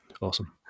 awesome